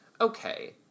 okay